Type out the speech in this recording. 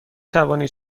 توانید